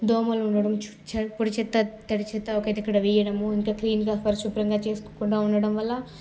దోమలు ఉండడం ఛ పొడి చెత్త తడిచెత్త ఒక దగ్గర వేయడము ఇంకా క్లీన్గా పరిశుభ్రంగా చేసుకోకుండా ఉండడం వల్ల